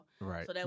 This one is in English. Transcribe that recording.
right